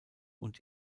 und